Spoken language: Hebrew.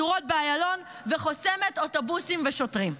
מדורות באיילון וחוסמת אוטובוסים ושוטרים.